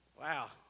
Wow